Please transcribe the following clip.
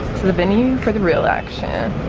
to the venue for the real action.